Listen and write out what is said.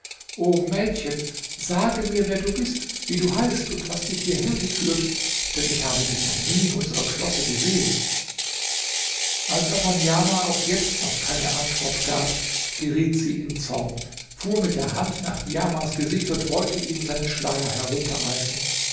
o mädchen sage mir wer du bist wie du heißt und was dich hierher geführt denn ich habe dich noch nie in unserem schlosse gesehen als aber niamah auch jetzt noch keine antwort gab geriet sie in zorn fuhr mit der hand nach niamahs gesicht und wollte ihm seinen schleier herunterreißen